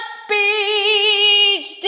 speech